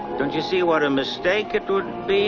don't you see what a mistake it would